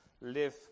live